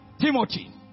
Timothy